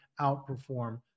outperform